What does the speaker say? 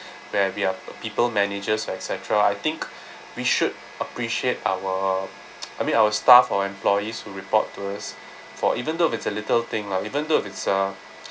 where we are people managers or etcetera I think we should appreciate our I mean our staff or employees who report to us for even though if it's a little thing lah even though if it's uh